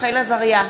רחל עזריה,